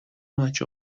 much